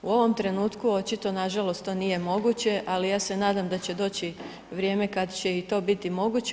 U ovom trenutku očito, nažalost, to nije moguće, ali ja se nadam da će doći vrijeme kad će i to biti moguće.